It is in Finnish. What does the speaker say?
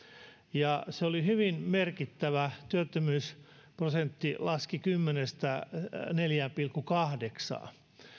ja se oli hyvin merkittävä työttömyysprosentti laski kymmenestä neljään pilkku kahdeksaan